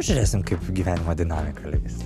žiūrėsim kaip gyvenimo dinamika leis